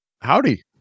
Howdy